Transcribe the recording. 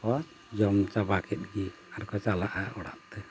ᱠᱚ ᱡᱚᱢ ᱪᱟᱵᱟ ᱠᱮᱫ ᱜᱮ ᱟᱨ ᱠᱚ ᱪᱟᱞᱟᱜᱼᱟ ᱚᱲᱟᱜ ᱛᱮ